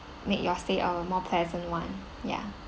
make your stay a more pleasant [one] ya